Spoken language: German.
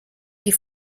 die